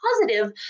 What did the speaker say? positive